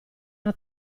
una